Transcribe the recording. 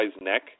neck